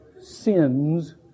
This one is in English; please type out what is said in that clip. sins